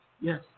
Yes